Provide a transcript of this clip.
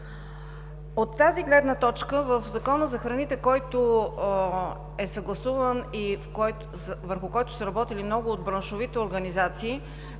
От тази гледна точка в Закона за храните, който е съгласуван и върху който са работили много от браншовите организации,